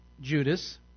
judas